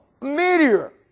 Meteor